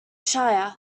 shire